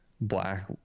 black